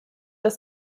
das